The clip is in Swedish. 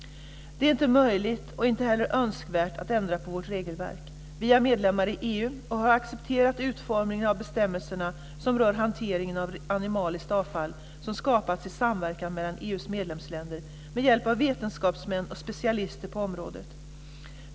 Det är inte möjligt och inte heller önskvärt att ändra på vårt regelverk. Vi är medlemmar i EU och har accepterat utformningen av de bestämmelser för hanteringen av animaliskt avfall som skapats i samverkan mellan EU:s medlemsländer med hjälp av vetenskapsmän och specialister på området.